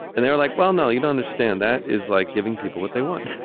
and they're like, well, no, you don't understand, that is like giving people what they want.